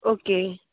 okay